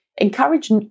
encourage